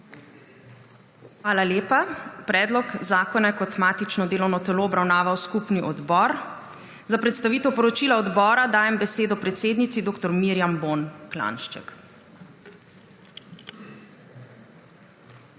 Hvala lepa. Predlog zakona je kot matično delovno telo obravnaval Skupni odbor. Za predstavitev poročila odbora dajem besedo predsednici dr. Mirjam Bon Klanjšček.